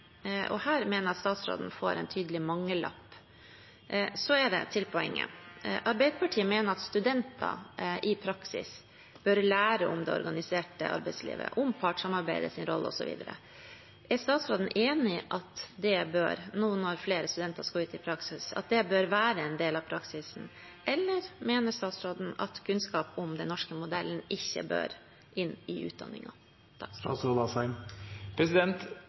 Her mener jeg statsråden får en tydelig mangellapp. Til poenget: Arbeiderpartiet mener at studenter i praksis bør lære om det organiserte arbeidslivet, om partssamarbeidets rolle, osv. Er statsråden enig i at det bør være en del av praksisen nå når flere studenter skal ut i praksis, eller mener statsråden at kunnskap om den norske modellen ikke bør inn i